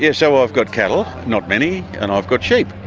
yeah so ah i've got cattle, not many, and i've got sheep,